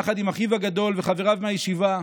יחד עם אחיו הגדול וחבריו מהישיבה,